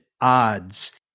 odds